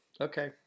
Okay